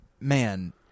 man